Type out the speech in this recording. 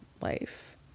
life